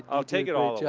ah oh, take it all yeah